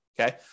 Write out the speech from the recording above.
okay